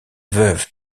veuve